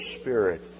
spirit